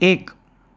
એક